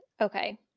okay